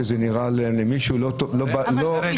שזה נראה למישהו לא טוב באוזן.